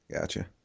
Gotcha